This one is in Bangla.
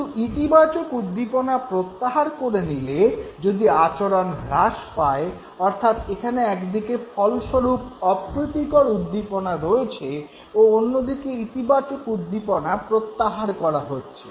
কিন্তু ইতিবাচক উদ্দীপনা প্রত্যাহার করে নিলে যদি আচরণ হ্রাস পায় অর্থাৎ এখানে একদিকে ফলস্বরূপ অপ্রীতিকর উদ্দীপনা রয়েছে ও অন্যদিকে ইতিবাচক উদ্দীপনা প্রত্যাহার করা হচ্ছে